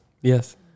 yes